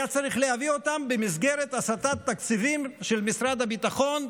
היה צריך להביא אותם במסגרת הסטת תקציבים של משרד הביטחון,